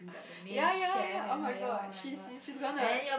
yea yea yea oh-my-god she's she's gonna